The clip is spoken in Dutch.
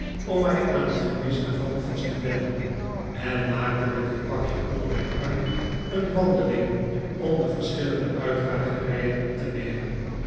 om mij aan het gemis daarvan vast te wennen en maakte met dit pakje onder mijn arm een wandering om de verschillende uitdragerijen op te nemen